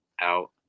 out